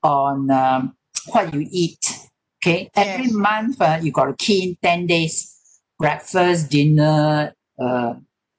on um what you eat K every month ah you got to key in ten days breakfast dinner uh